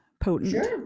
potent